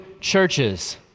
churches